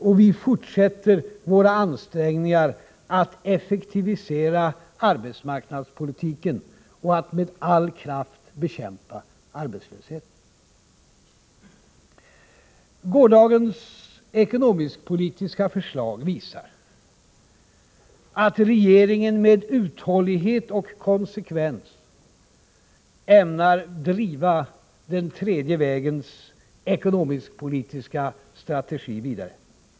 Och vi fortsätter våra ansträngningar att effektivisera arbetsmarknadspolitiken och med all kraft bekämpa arbetslösheten. Gårdagens ekonomisk-politiska förslag visar att regeringen med uthållighet och konsekvens ämnar driva den tredje vägens ekonomisk-politiska strategi vidare.